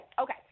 okay